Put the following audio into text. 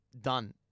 done